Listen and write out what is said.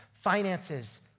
Finances